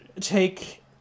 take